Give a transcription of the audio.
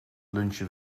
lunchen